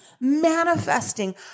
manifesting